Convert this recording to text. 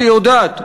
שהיא יודעת,